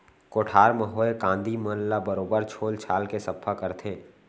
कोठार म होए कांदी मन ल बरोबर छोल छाल के सफ्फा करथे